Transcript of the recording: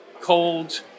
cold